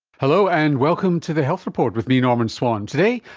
hello, and welcome to the health report with me, norman swan. today,